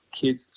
kids